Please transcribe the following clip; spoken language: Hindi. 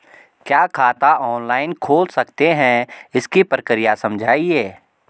क्या खाता ऑनलाइन खोल सकते हैं इसकी प्रक्रिया समझाइए?